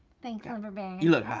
thanks lumber baron. you look hot.